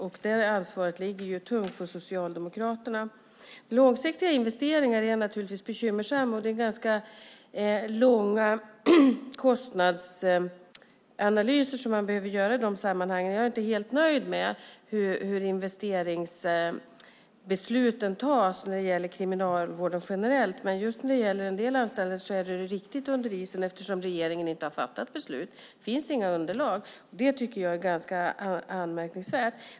Och det ansvaret ligger tungt på Socialdemokraterna. Långsiktiga investeringar är naturligtvis bekymmersamma. Det är ganska långa kostnadsanalyser som man behöver göra i de sammanhangen. Jag är inte helt nöjd med hur investeringsbesluten tas när det gäller kriminalvården generellt, men just när det gäller en del anstalter är det riktigt under isen, eftersom regeringen inte har fattat beslut. Det finns inga underlag. Det tycker jag är ganska anmärkningsvärt.